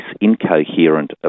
incoherent